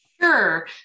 Sure